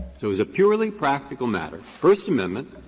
so as a purely practical matter, first amendment,